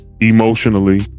emotionally